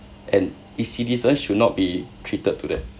and its citizens should not be treated to that